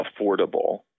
affordable